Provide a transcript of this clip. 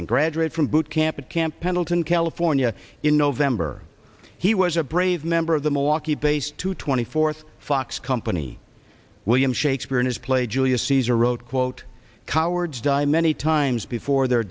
and graduated from boot camp at camp pendleton california in november he was a brave member of the milwaukee based to twenty fourth fox company william shakespeare in his play julius caesar wrote quote cowards die many times before their